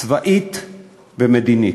צבאית ומדינית.